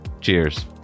Cheers